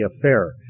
affair